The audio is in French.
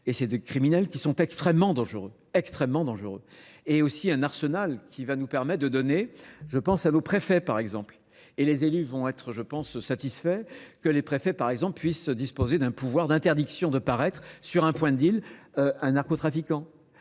Et c'est des criminels qui sont extrêmement dangereux, extrêmement dangereux. Et aussi un arsenal qui va nous permettre de donner, je pense à nos préfets par exemple. Et les élus vont être je pense satisfaits que les préfets par exemple puissent disposer d'un pouvoir d'interdiction de paraître sur un point de deal un narcotrafiquant.